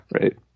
right